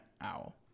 owl